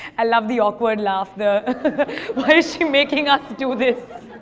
i love the awkward laughter. why is she making us do this?